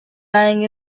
lying